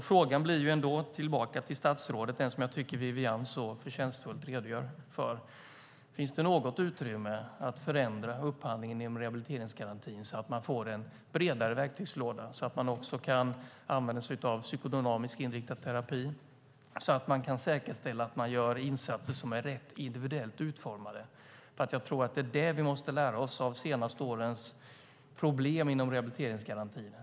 Frågan tillbaka till statsrådet blir den som Wiwi-Anne Johansson så förtjänstfullt redogör för: Finns det något utrymme att förändra upphandlingen inom rehabiliteringsgarantin så att man får en bredare verktygslåda och också kan använda sig av psykodynamiskt inriktad terapi och säkerställa att man gör insatser som är individuellt rätt utformade? Vi måste lära oss av de senaste årens problem inom rehabiliteringsgarantin.